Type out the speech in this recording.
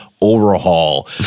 overhaul